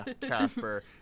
Casper